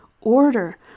order